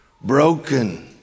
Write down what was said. broken